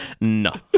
No